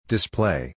Display